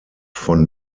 von